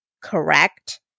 correct